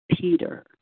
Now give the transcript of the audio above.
Peter